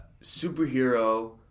superhero